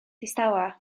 distawa